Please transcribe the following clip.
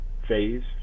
phase